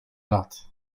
lat